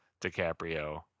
DiCaprio